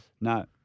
No